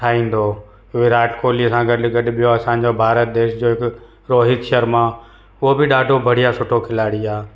ठाहींदो विराट कोहलीअ सां गॾु गॾु ॿियो असांजो भारत देश जो हिकु रोहित शर्मा उहो बि ॾाढो बढ़िया सुठो खिलाड़ी आहे